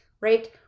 right